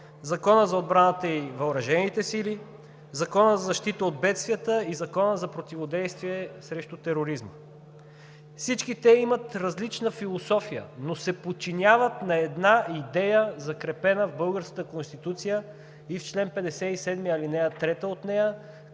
Закона за отбраната и въоръжените сили, Закона за защита от бедствията и Закона за противодействие срещу тероризма. Всички те имат различна философия, но се подчиняват на една идея, закрепена в българската Конституция и в чл. 57, ал. 3 от нея,